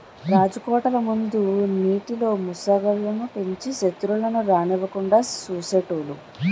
రాజకోటల ముందు నీటిలో మొసళ్ళు ను పెంచి సెత్రువులను రానివ్వకుండా చూసేటోలు